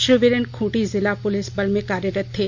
श्रीवीरेन खूंटी जिला पुलिस बल में कार्यरत थे